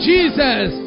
Jesus